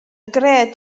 gred